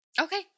Okay